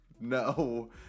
no